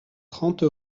trente